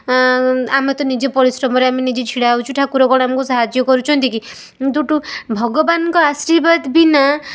ଆମେ ତ ନିଜ ପରିଶ୍ରମରେ ଆମେ ନିଜେ ତ ଛିଡ଼ା ହେଉଛୁ ଠାକୁର କ'ଣ ଆମକୁ ସାହାଯ୍ୟ କରୁଛନ୍ତି କି ଯେଉଁଠୁ ଭଗବାନଙ୍କ ଆଶୀର୍ବାଦ ବିନା